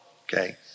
okay